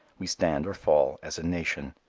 we stand or fall as a nation.